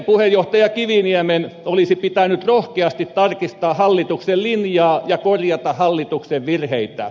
puheenjohtaja kiviniemen olisi pitänyt rohkeasti tarkistaa hallituksen linjaa ja korjata hallituksen virheitä